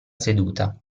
seduta